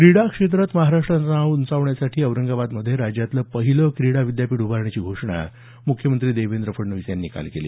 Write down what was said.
क्रीडा क्षेत्रात महाराष्ट्राचं नाव उंचावण्यासाठी औरंगाबादमध्ये राज्यातलं पहिलं क्रीडा विद्यापीठ उभारण्याची घोषणा मुख्यमंत्री देवेंद्र फडणवीस यांनी काल केली